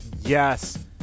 Yes